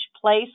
place